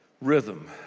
Rhythm